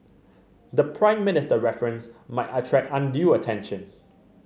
the Prime Minister reference might attract undue attention